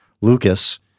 Lucas